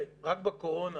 רק בקורונה